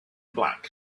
black